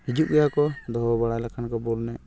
ᱦᱤᱡᱩᱜ ᱜᱮᱭᱟᱠᱚ ᱫᱚᱦᱚ ᱵᱟᱲᱟ ᱞᱮᱠᱷᱟᱱ ᱠᱚ ᱵᱚᱞ ᱮᱱᱮᱡ